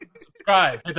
Subscribe